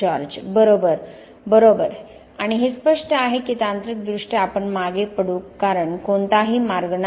George बरोबर बरोबर आणि हे स्पष्ट आहे की तांत्रिकदृष्ट्या आपण मागे पडू कारण कोणताही मार्ग नाही